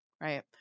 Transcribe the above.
Right